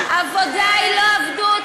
עבודה היא לא עבדות.